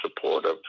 supportive